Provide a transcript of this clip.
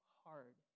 hard